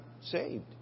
saved